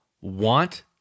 want